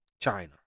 China